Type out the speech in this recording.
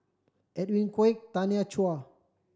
Edwin Koek Tanya Chua